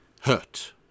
hurt